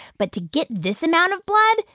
but to get this amount of blood,